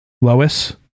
Lois